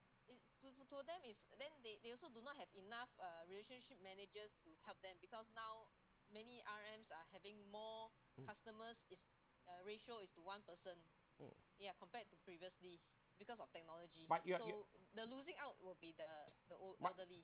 but you have you but